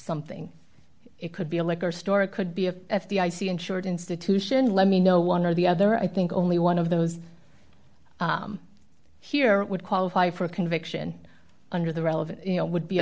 something it could be a liquor store it could be a the i c insured institution let me know one or the other i think only one of those here would qualify for a conviction under the relevant you know would be